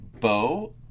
Bo